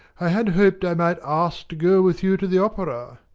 i had hoped i might ask to go with you to the opera.